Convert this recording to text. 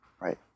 Right